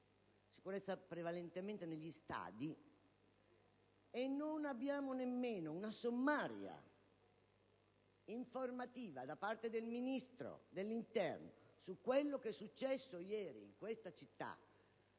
sicurezza, prevalentemente negli stadi, senza avere nemmeno una sommaria informativa del Ministro dell'interno su quello che è successo ieri in questa città,